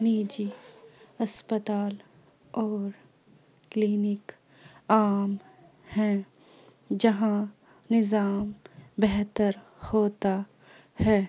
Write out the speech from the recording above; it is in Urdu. نجی اسپتال اور کلینک عام ہیں جہاں نظام بہتر ہوتا ہے